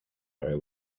very